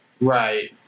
Right